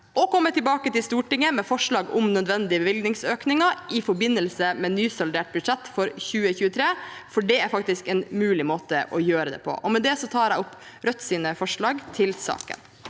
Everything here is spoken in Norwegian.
og komme tilbake til Stortinget med forslag om nødvendige bevilgningsøkninger i forbindelse med nysaldert budsjett for 2023.» Det er faktisk en mulig måte å gjøre det på. Med det tar jeg opp Rødts forslag i saken.